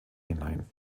hinein